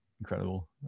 incredible